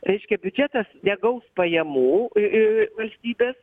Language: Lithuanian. reiškia biudžetas negaus pajamų valstybės